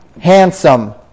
handsome